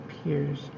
appears